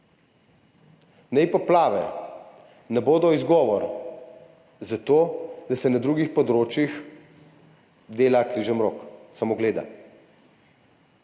Naj poplave ne bodo izgovor za to, da se na drugih področjih dela križemrok, samo gleda.